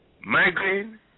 migraine